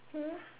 hmm